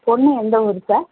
பொண்ணு எந்த ஊர் சார்